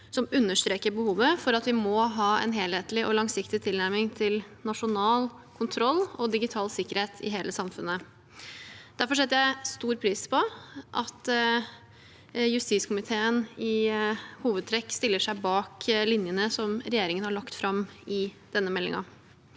som understreker behovet for at vi må ha en helhetlig og langsiktig tilnærming til nasjonal kontroll og digital sikkerhet i hele samfunnet. Derfor setter jeg stor pris på at justiskomiteen i hovedtrekk stiller seg bak linjene som regjeringen har lagt fram i denne meldingen.